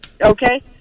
Okay